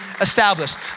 established